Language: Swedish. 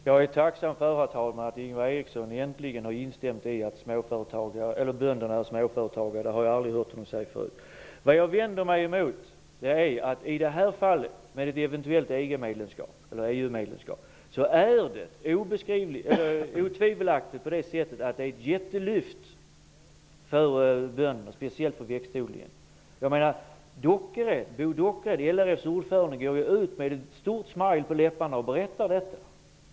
Herr talman! Jag är tacksam för att Ingvar Eriksson äntligen har instämt i att bönder är småföretagare. Det har jag aldrig förut hört honom säga. Ett EG-medlemskap skulle otvivelaktigt vara ett jättelyft för bönderna och speciellt för växtodlingen. LRF:s ordförande Bo Dockered går ju ut med ett stort smil på läpparna och berättar detta.